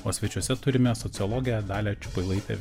o svečiuose turime sociologę dalia čiupailaitę